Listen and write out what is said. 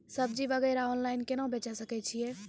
सब्जी वगैरह ऑनलाइन केना बेचे सकय छियै?